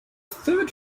third